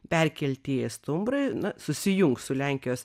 perkeltieji stumbrai na susijungs su lenkijos